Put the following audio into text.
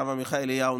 הרב עמיחי אליהו,